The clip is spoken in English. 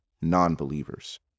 non-believers